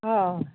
অ